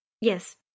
Yes